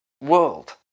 world